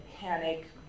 panic